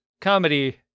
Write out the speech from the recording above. comedy